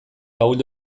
ahuldu